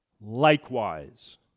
likewise